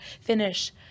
finish